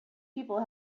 people